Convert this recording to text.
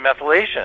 methylation